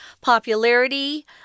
popularity